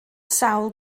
sawl